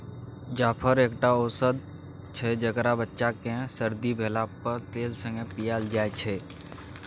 जाफर एकटा औषद छै जकरा बच्चा केँ सरदी भेला पर तेल संगे पियाएल जाइ छै